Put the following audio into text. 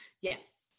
Yes